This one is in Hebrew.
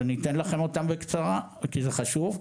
ואני אתן לכם אותם בקצרה כי זה חשוב.